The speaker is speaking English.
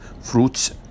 fruits